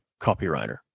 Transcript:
copywriter